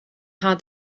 had